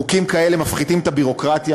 חוקים כאלה מפחיתים את הביורוקרטיה.